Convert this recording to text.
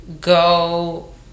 go